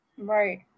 Right